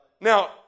Now